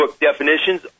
definitions